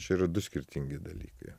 čia yra du skirtingi dalykai